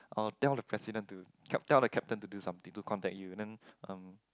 I will tell the president to tell the captain to do something to contact you then um